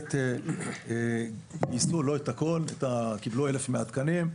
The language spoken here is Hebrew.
בהחלט --- לא את הכול, קיבלו אלף מהתקנים.